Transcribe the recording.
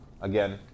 again